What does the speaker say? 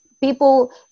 people